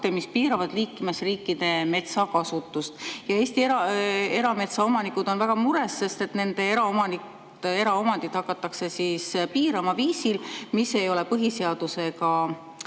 mis piiravad liikmesriikide metsakasutust. Eesti erametsaomanikud on väga mures, sest nende eraomandit hakatakse piirama viisil, mis ei ole põhiseadusega